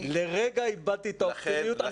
לרגע איבדתי את האופטימיות.